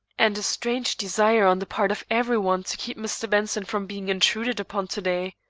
and a strange desire on the part of every one to keep mr. benson from being intruded upon to-day,